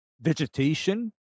vegetation